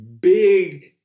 big